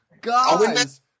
Guys